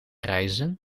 reizen